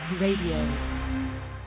Radio